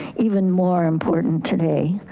even more important today.